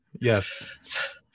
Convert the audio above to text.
Yes